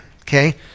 Okay